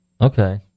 Okay